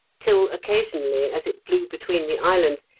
till occasionally, as it blew between the islands,